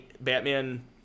Batman